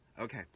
okay